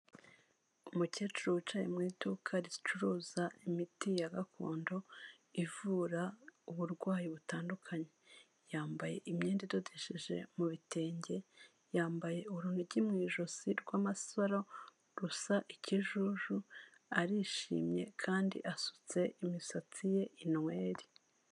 Umukecuru wicaye mu iduka ricuruza imiti ya gakondo, ivura uburwayi butandukanye. Yambaye imyenda idodesheje mu bitenge, yambaye urunigi mu ijosi rw'amasoro rusa ikijuju, arishimye kandi asutse imisatsi ye inweri.